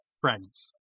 friends